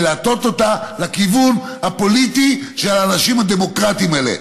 להטות אותה לכיוון הפוליטי של האנשים הדמוקרטיים האלה.